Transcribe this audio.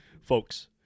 folks